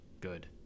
good